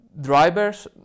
drivers